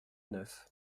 neuf